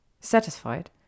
Satisfied